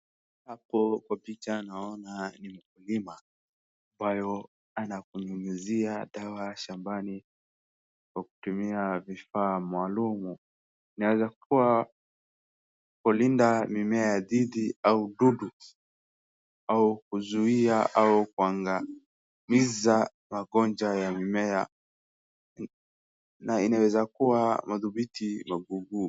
Hapo naona ni mkulima, ambaye ananyunyizia dawa shambani kwa kutumia vifaa maalum. Inaweza kuwa kulinda mimea dhidi au dudu au kuzuia au kuangamiza magonjwa ya mimea na inaweza kuwa madhubiti maguuguu.